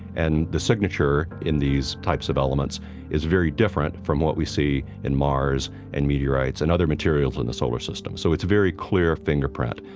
and the signature in these types of elements is very different from what we see in mars and meteorites and other materials in the solar system. so it's a very clear fingerprint.